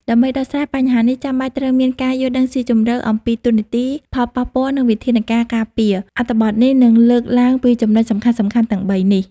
ដើម្បីដោះស្រាយបញ្ហានេះ ចាំបាច់ត្រូវមានការយល់ដឹងស៊ីជម្រៅអំពីតួនាទី ផលប៉ះពាល់ និងវិធានការការពារ។ អត្ថបទនេះនឹងលើកឡើងពីចំណុចសំខាន់ៗទាំងបីនេះ។